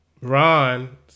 Ron